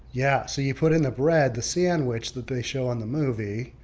yeah, so you put in the bread, the sandwich that they show on the movie,